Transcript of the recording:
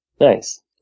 nice